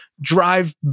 drive